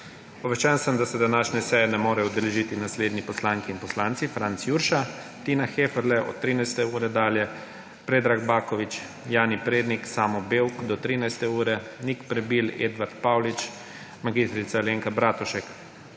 Obveščen sem, da se današnje seje ne morejo udeležiti naslednje poslanke in poslanci: